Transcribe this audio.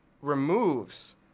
removes